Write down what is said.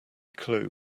clue